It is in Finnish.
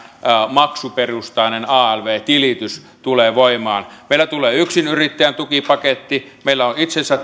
maksuperustainen alv tilitys tulee voimaan meille tulee yksinyrittäjän tukipaketti meillä on itsensä